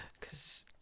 cause